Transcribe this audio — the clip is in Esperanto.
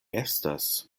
estas